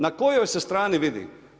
Na kojoj se strani vidi?